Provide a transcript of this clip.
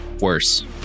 worse